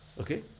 Okay